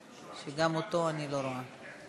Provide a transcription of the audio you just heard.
שגם אותו אני לא רואה.